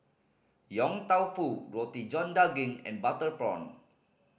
Yong Tau Foo Roti John Daging and butter prawn